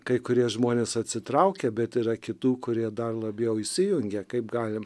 kai kurie žmonės atsitraukia bet yra kitų kurie dar labiau įsijungia kaip galim